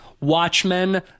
Watchmen